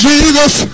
Jesus